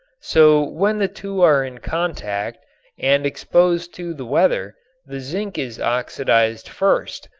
so when the two are in contact and exposed to the weather the zinc is oxidized first.